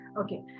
okay